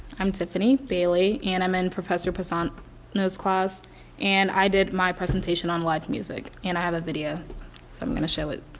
i'm tiffany bailey and i'm in professor pisano's class and i did my presentation on live music and i have a video so i'm going to show it